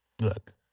look